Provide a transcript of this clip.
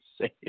say